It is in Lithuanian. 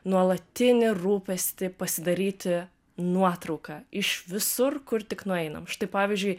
nuolatinį rūpestį pasidaryti nuotrauką iš visur kur tik nueinam štai pavyzdžiui